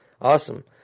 Awesome